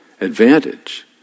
advantage